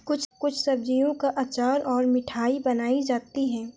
कुछ सब्जियों का अचार और मिठाई बनाई जाती है